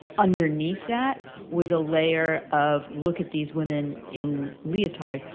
underneath that was a layer of look at these women in leotards.